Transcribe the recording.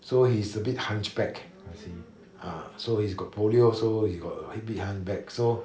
so he's a bit hunchback ah so he's got polio also he's got a bit hunchback